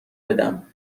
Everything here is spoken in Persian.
بدم